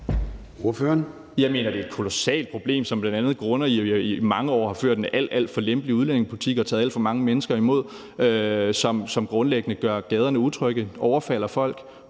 Jeg mener, det er et kolossalt problem, som bl.a. bunder i, at vi i mange år har ført en alt, alt for lempelig udlændingepolitik og taget imod alt for mange mennesker, som grundlæggende gør gaderne usikre, overfalder folk,